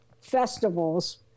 festivals